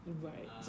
Right